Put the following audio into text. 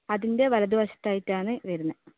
അതിൻ്റെ വലതു വശത്ത് ആയിട്ടാണ് വരുന്നത്